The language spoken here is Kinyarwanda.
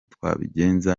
twabigenza